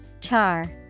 Char